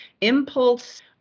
Impulse